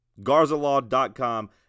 Garzalaw.com